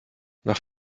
nach